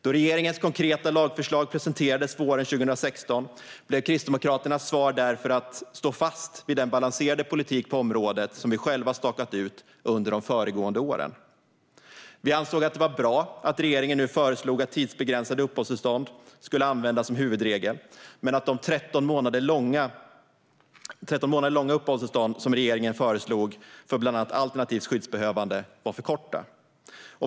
Då regeringens konkreta lagförslag presenterades våren 2016 blev Kristdemokraternas svar därför att stå fast vid den balanserade politik på området som vi själva stakat ut under de föregående åren. Vi ansåg att det var bra att regeringen nu föreslog att tidsbegränsade uppehållstillstånd skulle användas som huvudregel men att de 13 månader långa uppehållstillstånd som regeringen föreslog för bland annat alternativt skyddsbehövande var för korta.